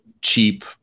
cheap